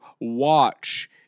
watch